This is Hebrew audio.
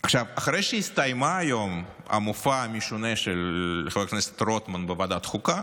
אחרי שהסתיים היום המופע המשונה של חבר הכנסת רוטמן בוועדת החוקה,